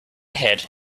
had